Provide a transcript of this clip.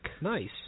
Nice